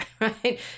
right